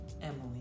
Emily